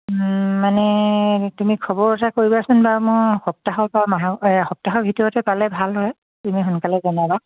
মানে তুমি খবৰ এটা কৰিবাচোন বাাৰু মই সপ্তাহৰপৰা মাহৰ সপ্তাহৰ ভিতৰতে পালে ভাল হয় তুমি সোনকালে জনাবা